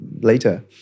later